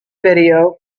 video